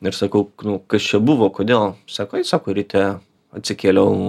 ir sakau nu kas čia buvo kodėl sako ai sako ryte atsikėliau